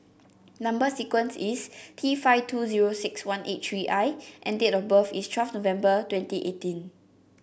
number sequence is T five two zero six one eight three I and date of birth is twelve November twenty eighteen